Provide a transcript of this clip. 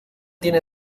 tiene